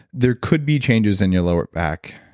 there could be changes in your lower back.